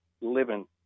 living